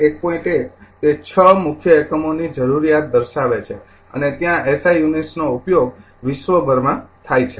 ૧ તે ૬ મુખ્ય એકમોની જરૂરિયાત દર્શાવે છે અને ત્યાં એસઆઇ યુનિટ્સનો ઉપયોગ વિશ્વભરમાં થાય છે